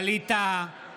בעד ווליד טאהא,